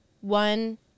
one